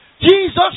Jesus